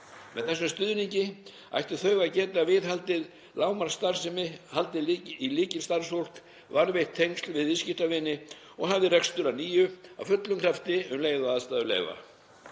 Með þessum stuðningi ættu þau að geta viðhaldið lágmarksstarfsemi, haldið í lykilstarfsfólk, varðveitt tengsl við viðskiptavini og hafið rekstur að nýju af fullum krafti um leið og aðstæður leyfa.